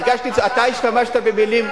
הרגשתי שאתה השתמשת במלים,